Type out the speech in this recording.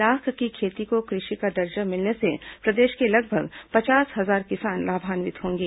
लाख की खेती को कृषि का दर्जा मिलने से प्रदेश के लगभग पचास हजार किसान लाभान्वित होंगे